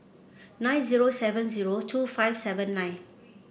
nine zero seven zero two five seven nine